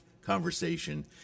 conversation